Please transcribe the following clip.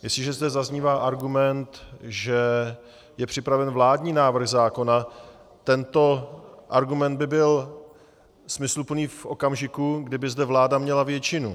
A jestliže zde zaznívá argument, že je připraven vládní návrh zákona, tento argument by byl smysluplný v okamžiku, kdyby zde vláda měla většinu.